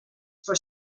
for